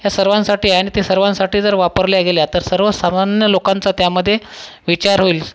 हे सर्वांसाठी आहे आणि ते सर्वांसाठी जर वापरल्या गेल्या तर सर्वसामान्य लोकांचा त्यामध्ये विचार होईल